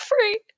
free